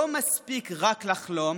לא מספיק רק לחלום,